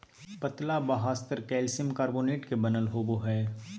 पतला बाह्यस्तर calcium carbonate के बनल होबो हइ